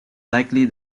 likely